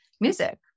music